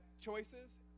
choices